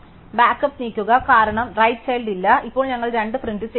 backup നീക്കുക കാരണം right child ഇല്ല ഇപ്പോൾ ഞങ്ങൾ 2 പ്രിന്റ് ചെയ്യുന്നു